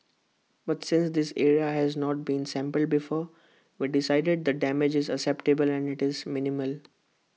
but since this area has not been sampled before we decided the damage is acceptable and IT is minimal